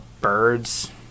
birds